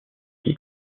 qui